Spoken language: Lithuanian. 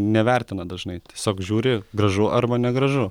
nevertina dažnai tiesiog žiūri gražu arba negražu